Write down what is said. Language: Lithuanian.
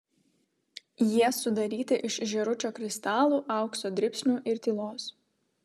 jie sudaryti iš žėručio kristalų aukso dribsnių ir tylos